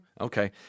Okay